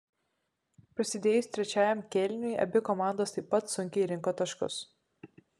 prasidėjus trečiajam kėliniui abi komandos taip pat sunkiai rinko taškus